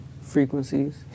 frequencies